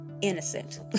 innocent